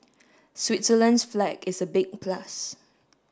Switzerland's flag is a big plus